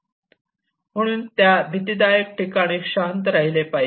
म्हणून त्या भितीदायक ठिकाणी शांत राहिले पाहिजे